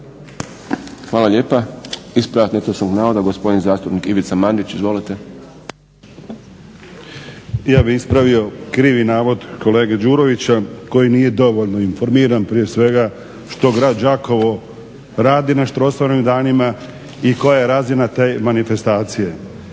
Hvala lijepa. Ispravak netočnog navoda gospodin zastupnik Ivica Mandić. Izvolite. **Mandić, Ivica (HNS)** Ja bi ispravio krivi navod kolege Đurovića koji nije dovoljno informiran, prije svega što grad Đakovo radi na Strossmayerovim danima i koja je razina te manifestacije.